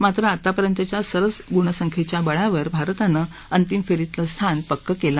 मात्र आतापर्यंतच्या सरस गुणसंख्येच्या बळावर भारतानं अंतिम फेरीतलं स्थान पक्क केलं